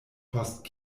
post